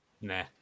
Nah